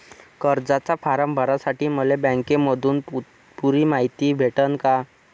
कर्जाचा फारम भरासाठी मले बँकेतून पुरी मायती भेटन का?